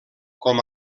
com